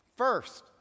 First